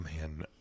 man